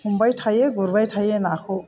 हमबाय थायो गुरबाय थायो नाखौ